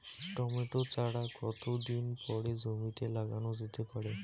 Tomato চারা কতো দিন পরে জমিতে লাগানো যেতে পারে?